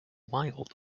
wild